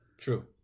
True